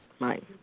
Right